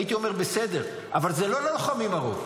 הייתי אומר בסדר, אבל זה לא ללוחמים, הרוב.